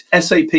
SAP